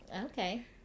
Okay